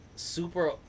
super